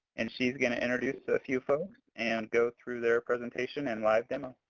and she's going to introduce a few folks and go through their presentation and live demo.